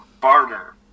barter